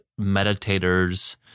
meditators